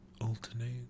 alternate